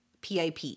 PIP